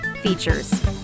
features